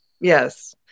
Yes